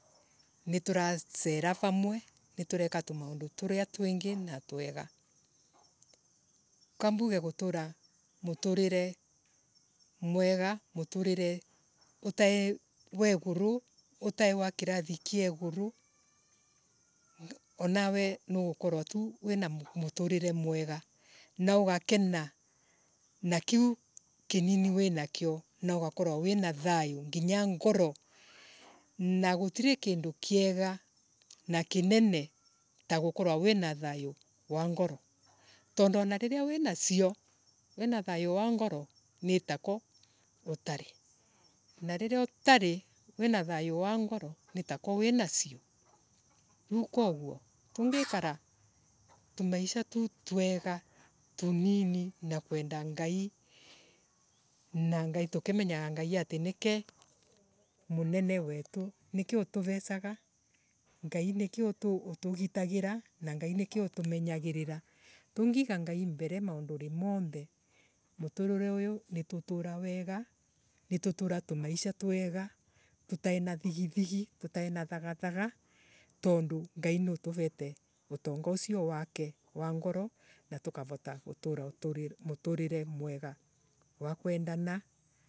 Nituracera vamwe nitureka tumaundu turia twingi na twega. Kambuge gutura muturire mwega muturire utaii we iguni utaii wa kirathi kia iguru. wanawe nugukorwo tu wina muturire mwega na ugakena na kiu kinini winakio na ugakorwo wina thayu nginya ngoro na gutiri kindu kiega na kinene ta gukorwo wina thayu wa ngoro tondu anariria wina cio. wina thayu wa ngoro. nitakwa utanii. Nariria utarii wina thayu wa ngoro nitakwa wina cio riu koguo. tungikara tumaisha tuu twega tunini na kwenda ngai. na ngai tukimenyaga atii ngai nike utugitagira na ngai nike utumenyagirira. Tungiga ngai mbere maunduri monthe muturire uyu ni tutura twega ni tutura tumaisha twega tutaina thigithigi tutaena thagathaga tondu ngai niatuvete utonga ucio wake wa ngoro tukavotagutuura muturire mwega wa kwendana.